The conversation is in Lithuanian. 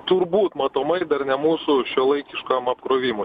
turbūt matomai dar ne mūsų šiuolaikiškam apkrovimui